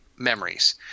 memories